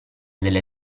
delle